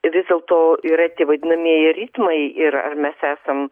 vis dėlto yra tie vadinamieji ritmai ir mes esam